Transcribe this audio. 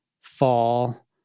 fall